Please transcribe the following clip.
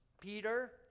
Peter